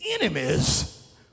enemies